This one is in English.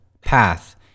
path